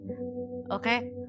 Okay